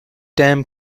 damn